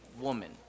woman